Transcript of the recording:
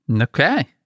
Okay